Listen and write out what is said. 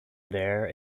there